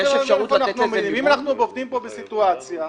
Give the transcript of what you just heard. יש אפשרות לתת לזה --- אם אנחנו עומדים בסיטואציה --- מה,